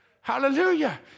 Hallelujah